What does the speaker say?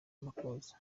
makuza